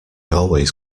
always